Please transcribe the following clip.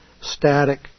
static